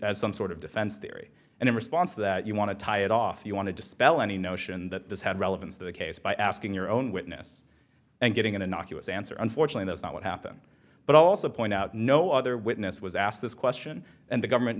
as some sort of defense theory and in response that you want to tie it off you want to dispel any notion that this had relevance to the case by asking your own witness and getting an innocuous answer unfortunately that's not what happened but also point out no other witness was asked this question and the government